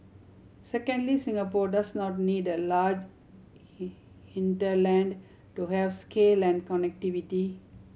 secondly Singapore does not need a large hinterland to have scale and connectivity